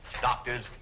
doctors